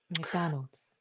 McDonald's